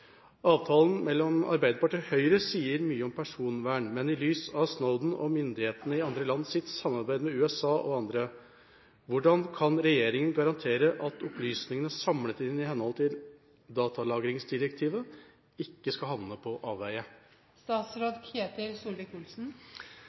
Avtalen mellom Arbeiderpartiet og Høyre sier mye om personvern, men i lys av Snowden og myndighetene i andre land sitt samarbeid med USA og andre, hvordan kan regjeringa garantere at opplysningene samlet inn i henhold til datalagringsdirektivet ikke skal havne på